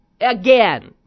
Again